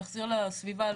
להחזיר לסביבה,